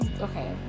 okay